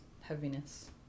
heaviness